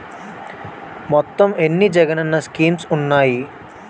మొత్తం ఎన్ని జగనన్న స్కీమ్స్ ఉన్నాయి?